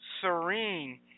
Serene